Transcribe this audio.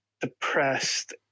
depressed